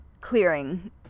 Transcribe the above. clearing